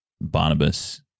Barnabas